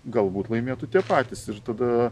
galbūt laimėtų tie patys ir tada